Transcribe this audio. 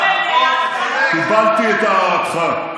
קיבלתי את הערתך.